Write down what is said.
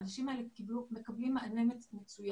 האנשים האלה מקבלים מענה מצוין,